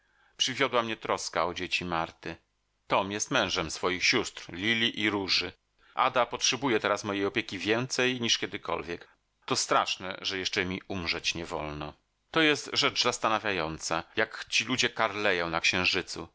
przywiodła mnie troska o dzieci marty tom jest mężem swoich sióstr lili i róży ada potrzebuje teraz mojej opieki więcej niż kiedykolwiek to straszne że jeszcze mi umrzeć nie wolno to jest rzecz zastanawiająca jak ci ludzie karleją na księżycu